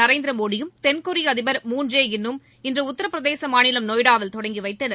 நரேந்திரமோடியும் கென்கொரிய அதிபர் ஜ மூன் இன் னும் இன்று உத்தரப் பிரதேச மாநிலம் நொய்டாவில் தொடங்கி வைத்தனர்